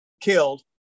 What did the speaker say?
killed